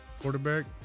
quarterback